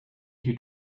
who